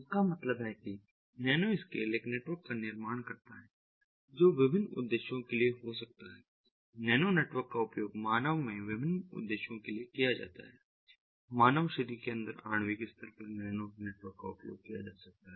इसका मतलब है कि नैनोस्केल एक नेटवर्क का निर्माण करता है जो विभिन्न उद्देश्यों के लिए हो सकता है नैनो नेटवर्क का उपयोग मानव में विभिन्न उद्देश्यों के लिए किया जाता है मानव शरीर के अंदर आणविक स्तर पर नैनो नेटवर्क का उपयोग किया जा सकता है